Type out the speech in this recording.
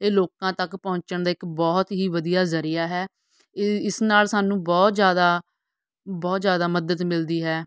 ਇਹ ਲੋਕਾਂ ਤੱਕ ਪਹੁੰਚਣ ਦਾ ਇੱਕ ਬਹੁਤ ਹੀ ਵਧੀਆ ਜ਼ਰੀਆ ਹੈ ਇਹ ਇਸ ਨਾਲ ਸਾਨੂੰ ਬਹੁਤ ਜ਼ਿਆਦਾ ਬਹੁਤ ਜ਼ਿਆਦਾ ਮਦਦ ਮਿਲਦੀ ਹੈ